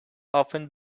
often